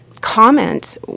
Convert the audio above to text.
comment